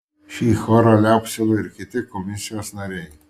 šį chorą liaupsino ir kiti komisijos nariai